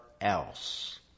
else